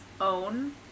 own